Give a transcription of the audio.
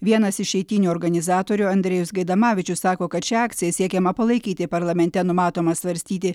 vienas iš eitynių organizatorių andrejus gaidamavičius sako kad šia akcija siekiama palaikyti parlamente numatomą svarstyti